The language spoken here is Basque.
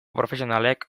profesionalek